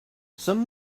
some